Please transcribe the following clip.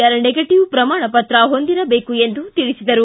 R negative ಪ್ರಮಾಣಪತ್ರ ಹೊಂದಿರಬೇಕು ಎಂದು ತಿಳಿಸಿದರು